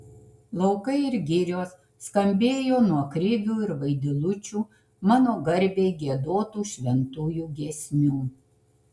laukai ir girios skambėjo nuo krivių ir vaidilučių mano garbei giedotų šventųjų giesmių